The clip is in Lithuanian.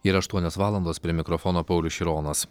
yra aštuonios valandos prie mikrofono paulius šironas